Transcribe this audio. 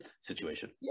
situation